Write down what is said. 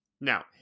Now